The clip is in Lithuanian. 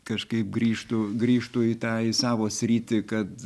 kažkaip grįžtų grįžtų į tą į savo sritį kad